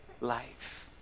life